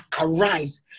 arise